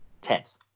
Tenth